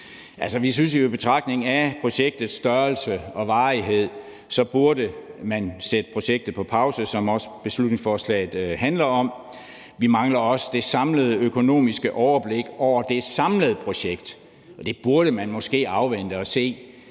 med processen. I betragtning af projektets størrelse og varighed synes vi jo, at man burde sætte det på pause, hvilket beslutningsforslaget også handler om. Vi mangler også det økonomiske overblik over det samlede projekt, og det burde man måske vente på.